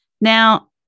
Now